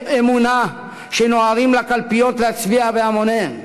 אמונה שנוהרים לקלפיות להצביע בהמוניהם.